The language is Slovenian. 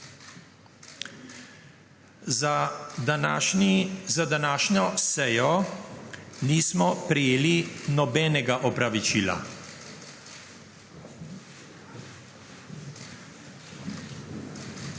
Za današnjo sejo nismo prejeli nobenega opravičila.